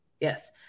yes